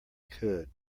could